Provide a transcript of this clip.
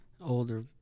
older